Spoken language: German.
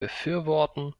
befürworten